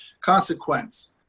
consequence